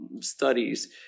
studies